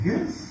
Yes